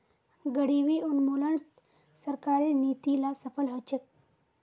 गरीबी उन्मूलनत सरकारेर नीती ला सफल ह छेक